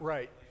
Right